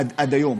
עד היום,